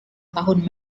tahun